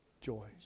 joy